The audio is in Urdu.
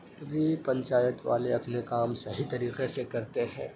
سبھی پنچایت والے اپنے کام صحیح طریقے سے کرتے ہیں